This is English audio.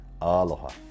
Aloha